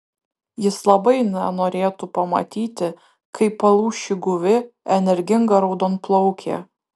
jis labai nenorėtų pamatyti kaip palūš ši guvi energinga raudonplaukė